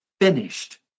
finished